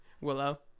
willow